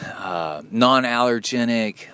non-allergenic